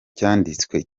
cyanditswe